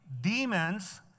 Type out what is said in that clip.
Demons